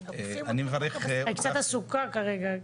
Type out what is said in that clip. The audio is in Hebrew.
אני קצת עסוקה כרגע.